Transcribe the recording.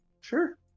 Sure